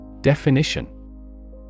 Definition